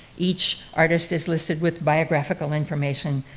each artist is listed with biographical information,